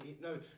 No